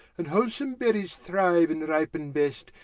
and holesome berryes thriue and ripen best,